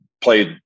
played